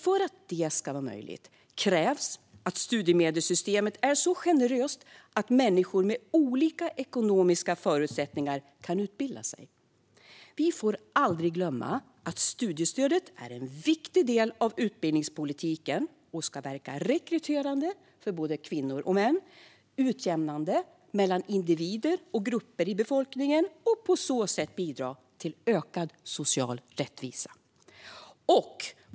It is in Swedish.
För att det ska vara möjligt krävs att studiemedelssystemet är så generöst att människor med olika ekonomiska förutsättningar kan utbilda sig. Vi får aldrig glömma att studiestödet är en viktig del av utbildningspolitiken och ska verka rekryterande för både kvinnor och män och utjämnande mellan individer och grupper i befolkningen och på så sätt bidra till ökad social rättvisa.